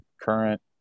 current